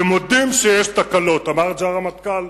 ומודים שיש תקלות אמר את זה הרמטכ"ל,